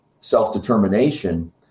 self-determination